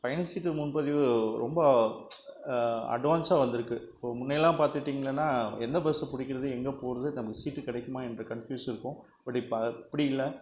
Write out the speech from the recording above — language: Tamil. பயணசீட்டு முன்பதிவு ரொம்ப அட்வான்ஸாக வந்துயிருக்கு முன்னயலாம் பார்த்துட்டிங்கனா எந்த பஸ் பிடிக்கிறது எங்கே போகிறது நமக்கு சீட்டு கிடைக்குமா என்ற கன்ஃப்யுஸ் இருக்கும் பட் இப்போ அப்படி இல்லை